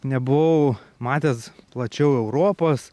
nebuvau matęs plačiau europos